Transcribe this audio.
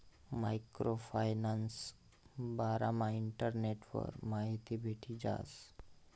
micro फायनान्सना बारामा इंटरनेटवर माहिती भेटी जास